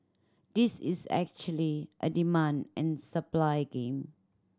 this is actually a demand and supply game